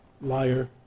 Liar